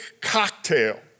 cocktail